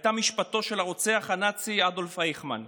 הייתה משפטו של הרוצח הנאצי אדולף אייכמן.